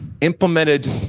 implemented